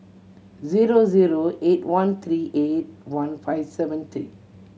zero zero eight one three eight one five seven three